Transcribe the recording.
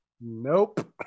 nope